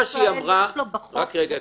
לבנק ישראל יש בחוק --- רק רגע.